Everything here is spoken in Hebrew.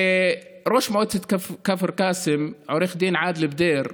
ראש מועצת כפר קאסם, עו"ד עאדל בדיר,